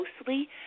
mostly